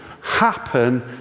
happen